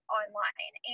online